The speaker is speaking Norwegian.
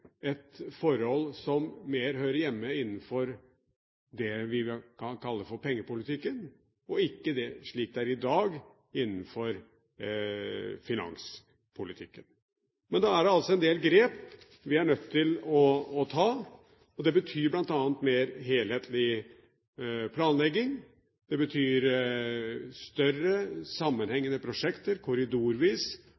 et forhold som mer hører hjemme innenfor det vi kan kalle pengepolitikken, og ikke slik det er i dag, innenfor finanspolitikken. Det er altså en del grep vi er nødt til å ta. Det betyr bl.a. mer helhetlig planlegging, og det betyr større